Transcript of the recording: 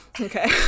Okay